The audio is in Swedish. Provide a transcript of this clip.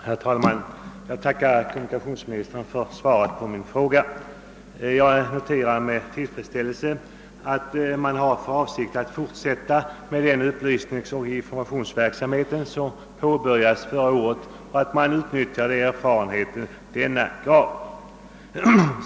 Herr talman! Jag tackar kommunikationsministern för svaret på min fråga. Jag noterar med tillfredsställelse att man har för avsikt att fortsätta med den upplysningsoch informationsverksamhet som påbörjats förra året och att man nu utnyttjar de erfarenheter denna gav.